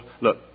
Look